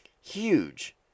huge